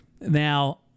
now